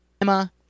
Emma